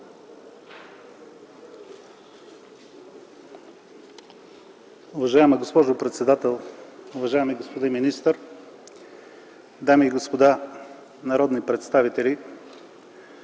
Уважаема госпожо председател, уважаеми господин министър, дами и господа народни представители!